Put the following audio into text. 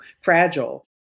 fragile